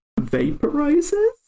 vaporizes